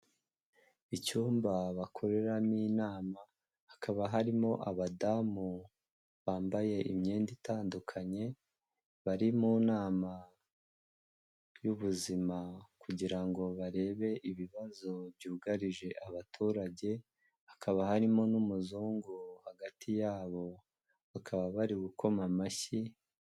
Icyumba bakoreramo inama, hakaba harimo abadamu bambaye imyenda itandukanye, bari mu nama y'ubuzima kugira ngo barebe ibibazo byugarije abaturage, hakaba harimo n'umuzungu hagati yabo, bakaba bari gukoma amashyi.